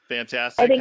Fantastic